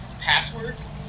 passwords